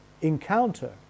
encounter